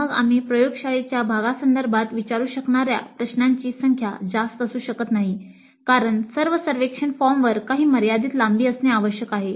मग आम्ही प्रयोगशाळेच्या भागासंदर्भात विचारू शकणार्या प्रश्नांची संख्या जास्त असू शकत नाही कारण सर्व सर्वेक्षण फॉर्मवर काही मर्यादित लांबी असणे आवश्यक आहे